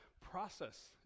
process